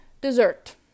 Dessert